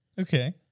Okay